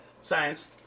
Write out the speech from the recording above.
Science